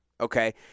Okay